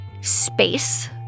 space